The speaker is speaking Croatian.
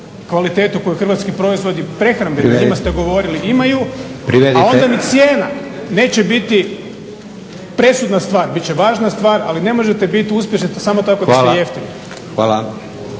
kvalitetu koju hrvatski proizvodi prehrambeni o njima ste govorili imaju a onda ni cijena neće biti presudna stvar. Bit će važna stvar, ali ne možete biti uspješni samo tako da ste jeftini.